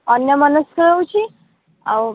ଅନ୍ୟମନସ୍କ ହେଉଛି ଆଉ